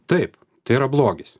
taip tai yra blogis